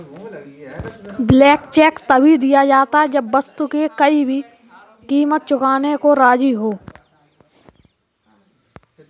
blank cheque तभी दिया जाता है जब वस्तु के लिए कोई भी कीमत चुकाने को राज़ी हो